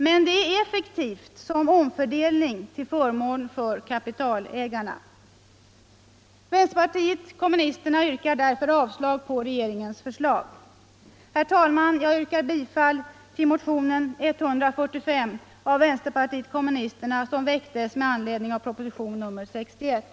Men det är effektivt som omfördelning till förmån för kapitalägarna. Vänsterpartiet kommunisterna yrkar därför avslag på regeringens förslag. Herr talman! Jag yrkar bifall till motionen 145 av herr Hermansson m.fl. som väcktes med anledning av propositionen 61.